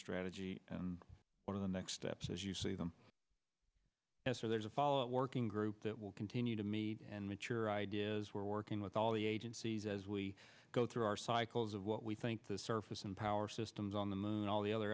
strategy and one of the next steps as you see them as there's a follow up working group that will continue to meet and mature ideas we're working with all the agencies as we go through our cycles of what we think the surface and power systems on the moon and all the other